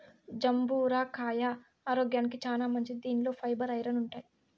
జంబూర కాయ ఆరోగ్యానికి చానా మంచిది దీనిలో ఫైబర్, ఐరన్ ఉంటాయి